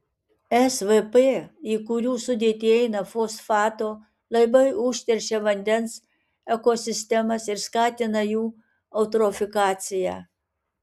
svp į kurių sudėtį įeina fosfato labai užteršia vandens ekosistemas ir skatina jų eutrofikaciją